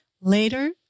later